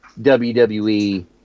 WWE